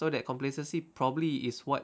so that complacency probably is what